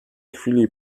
chwili